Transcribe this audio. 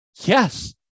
yes